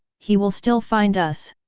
he will still find us!